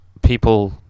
people